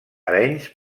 arenys